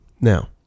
Now